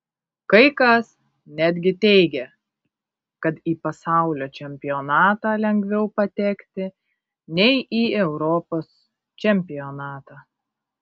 kai kas netgi teigė kad į pasaulio čempionatą lengviau patekti nei į europos čempionatą